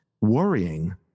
Worrying